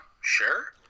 sure